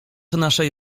naszej